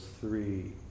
three